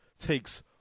takes